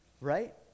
right